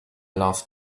last